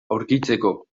aurkitzeko